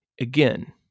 Again